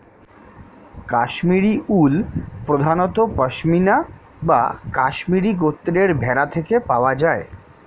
Kashmiri wool প্রধানত পশমিনা বা কাশ্মীরি গোত্রের ভেড়া থেকে পাওয়া যায়